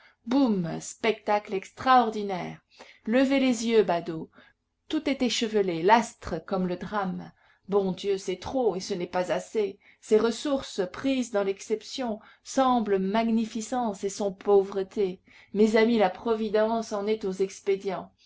boum spectacle extraordinaire levez les yeux badauds tout est échevelé l'astre comme le drame bon dieu c'est trop et ce n'est pas assez ces ressources prises dans l'exception semblent magnificence et sont pauvreté mes amis la providence en est aux expédients